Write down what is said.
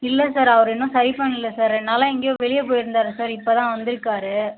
இல்லை சார் அவர் இன்னும் சரி பண்ணல சார் ரெண்டு நாளாக எங்கேயோ வெளியே போயிருந்தாரு சார் இப்போ தான் வந்திருக்காரு